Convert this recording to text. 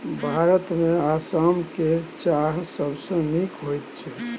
भारतमे आसाम केर चाह सबसँ नीक होइत छै